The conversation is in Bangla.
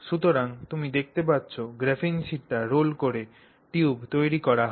সুতরাং তুমি দেখতে পাচ্ছ গ্রাফিন শীটটি রোল করে টিউব তৈরি করা হয়